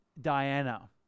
Diana